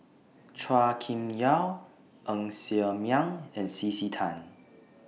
Chua Kim Yeow Ng Ser Miang and C C Tan